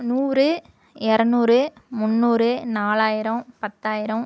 நூறு இரநூறு முன்னூறு நாலாயிரம் பத்தாயிரம்